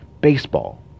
baseball